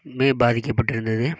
மே பாதிக்கப்பட்டு இருந்தது